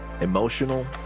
emotional